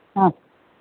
ആ